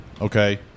Okay